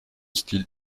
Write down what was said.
style